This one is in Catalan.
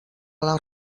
les